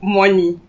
money